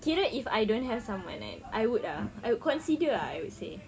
kira if I don't have someone kan I would ah I would consider ah I would say